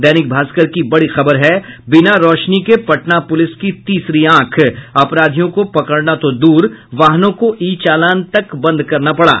दैनिक भास्कर की बड़ी खबर है बिना रोशनी के पटना पुलिस की तीसरी आंख अपराधियों को पकड़ना तो दूर वाहनों का ई चालान तक बंद करना पड़ा